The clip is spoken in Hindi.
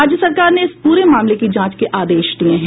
राज्य सरकार ने इस प्रे मामले की जांच के आदेश दिये हैं